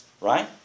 Right